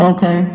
Okay